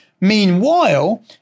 Meanwhile